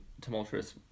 tumultuous